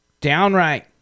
downright